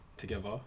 together